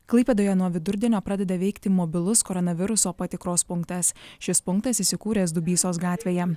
klaipėdoje nuo vidurdienio pradeda veikti mobilus koronaviruso patikros punktas šis punktas įsikūręs dubysos gatvėje